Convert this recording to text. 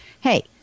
Hey